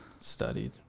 studied